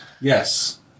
yes